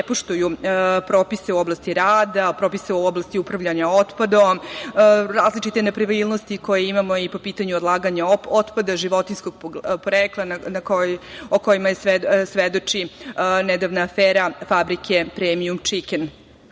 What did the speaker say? ne poštuju propise u oblasti rada, propise u oblasti upravljanja otpadom, različite nepravilnosti koje imamo i po pitanju odlaganja otpada životinjskog porekla o kojima svedoči nedavna afera fabrike „Premijum